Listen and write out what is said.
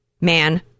man